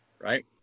right